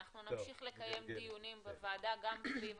אנחנו נמשיך לקיים דיונים בוועדה גם סביב